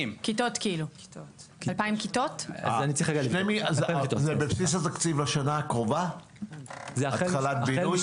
זה בבסיס התקציב השנה הקרובה התחלת בינוי?